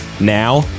Now